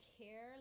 care